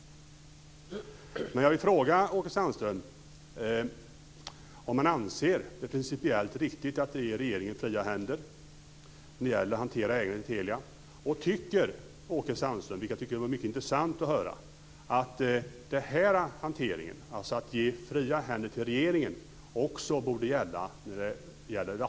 Men jag vill fråga Åke Sandström om han anser det principiellt riktigt att ge regeringen fria händer när det gäller att hantera ägandet i Telia. Tycker Åke Sandström, vilket jag tycker vore mycket intressant att höra, att denna hantering - dvs. att ge regeringen fria händer - också borde gälla